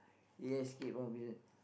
he escape from prison